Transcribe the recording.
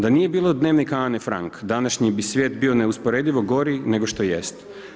Da nije bilo Dnevnika Ane Frank, današnji bi svijet bio neusporedivo gori nego što jest.